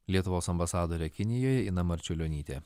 lietuvos ambasadorė kinijoj ina marčiulionytė